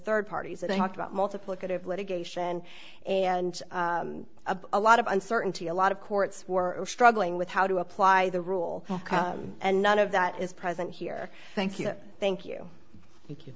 third parties and i talked about multiplicative litigation and a lot of uncertainty a lot of courts were struggling with how to apply the rule and none of that is present here thank you thank you thank you